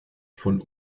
von